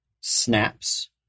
snaps